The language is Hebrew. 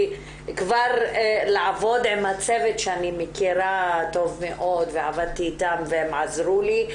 כבר לעבוד עם הצוות שאני מכירה טוב מאוד ועבדתי איתם והם עזרו לי,